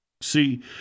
See